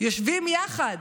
יושבים יחד